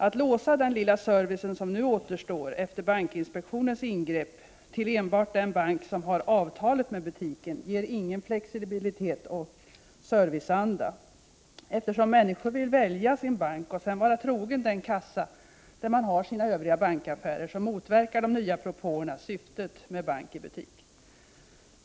Att låsa den lilla service som återstår, efter bankinspektionens ingrepp, till enbart den bank som har avtalet med butiken ger ingen flexibilitet eller serviceanda. Eftersom människor vill välja sin bank, och sedan vara trogna den kassa där de har sina övriga bankaffärer, motverkar de nya propåerna syftet med ”bank i butik”.